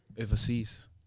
overseas